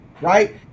right